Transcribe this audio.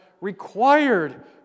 required